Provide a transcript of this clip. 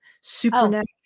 supernatural